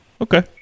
okay